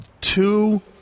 Two